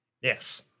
Yes